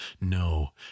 no